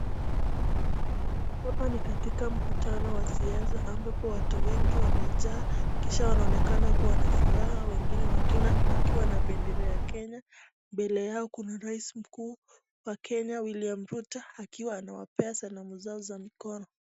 Hapa ni katika mkutano wa siasa ambapo watu wengi wamejaa, kisha wanaonekana kuwa na furaha wengine wakiwa na bendera ya Kenya, mbele yao kuna rais mkuu wa Kenya William Ruto , akiwa anawapea salamu zao za mkono.